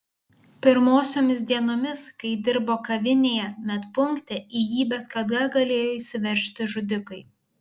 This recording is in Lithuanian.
pirmosiomis dienomis kai dirbo kavinėje medpunkte į jį bet kada galėjo įsiveržti žudikai